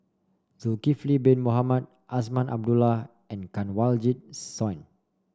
Zulkifli Bin Mohamed Azman Abdullah and Kanwaljit Soin